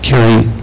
carry